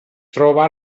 troba